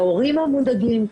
להורים המודאגים.